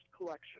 collection